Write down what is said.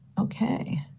Okay